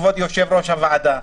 לכבוד יושב-ראש הוועדה,